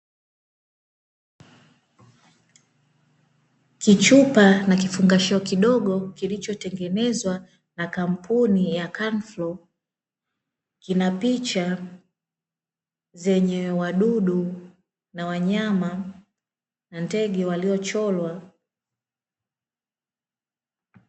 Kichupa na kifungashio kidogo kilichotengenezwa na kampuni ya kaniflo, kina picha zenye wadudu na wanyama na ndege waliochorwa.